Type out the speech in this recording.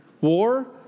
War